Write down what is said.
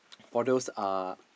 for those uh